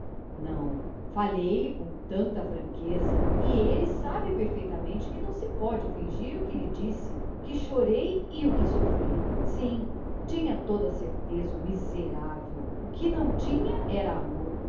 não falei-lhe com tanta franqueza ah e ele sabe perfeitamente que não se pode fingir o que lhe disse o que chorei sim sim tinha plena certeza o miserável o que lhe faltava era amor